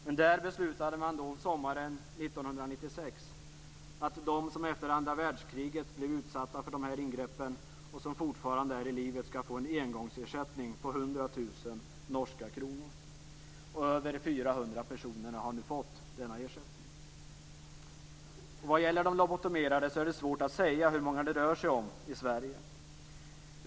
Men där beslutade man sommaren 1996 att de som efter andra världskriget blev utsatta för de här ingreppen och som fortfarande är i livet skall få en engångsersättning på 100 000 norska kronor. Över 400 personer har nu fått denna ersättning. Vad gäller de lobotomerade är det svårt att säga hur många det rör sig om i Sverige.